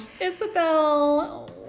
Isabel